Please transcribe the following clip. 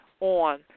on